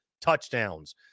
touchdowns